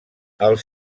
els